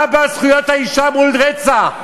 מה זכויות האישה מול רצח?